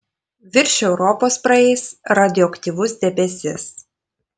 virš europos praeis radioaktyvus debesis